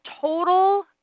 total